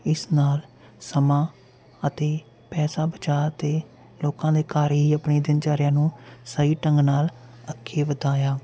ਇਸ ਨਾਲ ਸਮਾਂ ਅਤੇ ਪੈਸਾ ਬਚਾਅ ਅਤੇ ਲੋਕਾਂ ਦੇ ਘਰ ਹੀ ਆਪਣੀ ਦਿਨ ਚਰਿਆਂ ਨੂੰ ਸਹੀ ਢੰਗ ਨਾਲ ਅੱਗੇ ਵਧਾਇਆ